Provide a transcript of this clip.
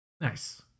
Nice